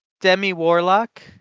demi-warlock